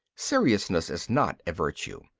seriousness is not a virtue.